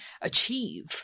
achieve